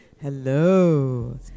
Hello